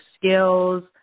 skills